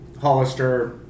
hollister